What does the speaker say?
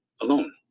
alone